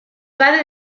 padre